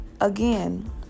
again